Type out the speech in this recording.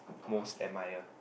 most admire